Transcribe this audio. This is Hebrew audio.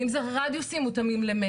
יש איזה שהיא תחושה שאני מבין שגם